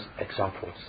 examples